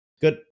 good